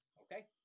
Okay